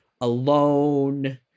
alone